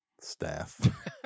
staff